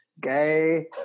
Gay